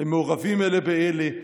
הם מעורבים אלה באלה.